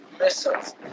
missiles